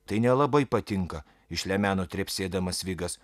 tai nelabai patinka išlemeno trepsėdamas vigas